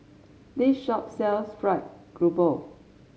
this shop sells fried grouper